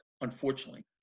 unfortunately